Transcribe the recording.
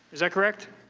is that correct?